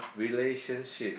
relationship